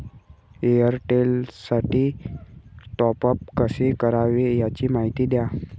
एअरटेलसाठी टॉपअप कसे करावे? याची माहिती द्या